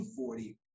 240